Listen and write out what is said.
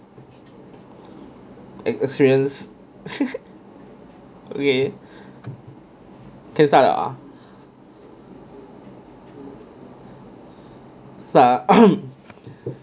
like a serious okay